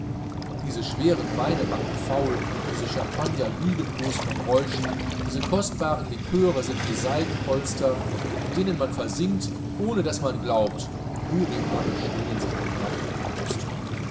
diese schweren weine machen faul diese champagner lügen blos von räuschen diese kostbaren liköre sind wie seidenpolster in denen man versinkt ohne daß man glaubt houri arme schlängen sich um nacken und brust